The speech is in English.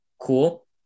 cool